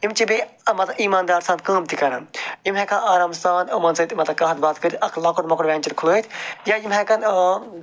یِم چھِ بیٚیہِ مطلب ایٖماندار سان کٲم تہِ کران یِم ہیٚکَن آرام سان مطلب یِمَن سۭتۍ مطلب کَتھ باتھ کٔرِتھ اَکھ لۄکُٹ مۄکُٹ ویٚنچَر کھُلٲیِتھ یا یِم ہیٚکَن ٲں